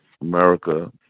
america